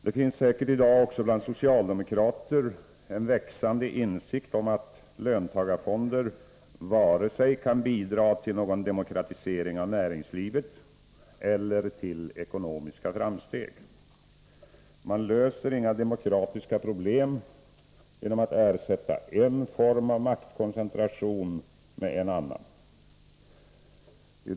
Det finns säkert i dag också bland socialdemokrater en växande insikt om att löntagarfonder inte kan bidra vare sig till någon demokratisering av näringslivet eller till ekonomiska framsteg. Man löser inga demokratiska problem genom att ersätta en form av maktkoncentration med en annan.